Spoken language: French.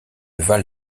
val